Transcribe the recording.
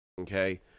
okay